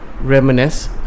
reminisce